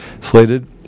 slated